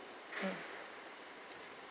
hmm